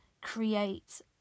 create